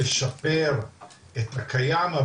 לשפר את הקיים,